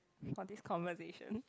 for this conversation